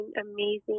amazing